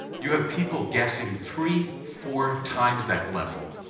you have people guessing three, four times that level.